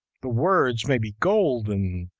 the words may be golden,